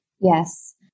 Yes